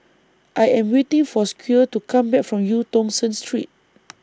I Am waiting For Squire to Come Back from EU Tong Sen Street